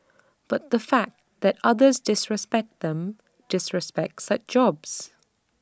but the fact that others disrespect them disrespect such jobs